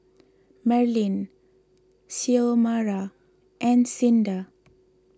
Merlyn Xiomara and Cinda